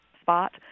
spot